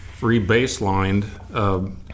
re-baselined